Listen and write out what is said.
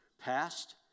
past